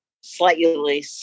slightly